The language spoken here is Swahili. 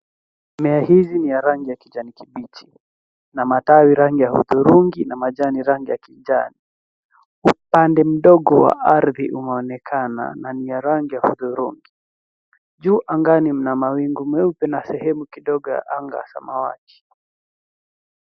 Mimea hii ni ya rangi ya kijani kibichi na matawi rangi ya hudhurungi na majani rangi ya kijani. Upande mdogo wa ardhi umeonekana na ni ya rangi ya hudhurungi. Juu angani mna mawingu meupe na sehemu kidogo ya yanga ya samawati.